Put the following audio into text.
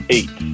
Eight